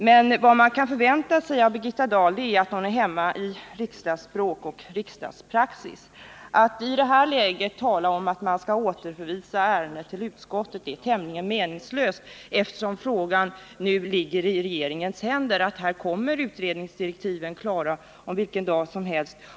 Men vad man kan förvänta sig av Birgitta Dahl är att hon skall vara hemma i riksdagsspråk, riksdagspraxis. Att i det här läget tala om att återförvisa ärendet till utskott är tämligen meningslöst, eftersom frågan nu ligger i regeringens händer och utredningsdirektiv kommer att vara klara vilken dag som helst.